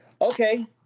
Okay